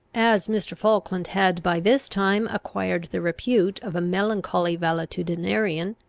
as mr. falkland had by this time acquired the repute of a melancholy valetudinarian,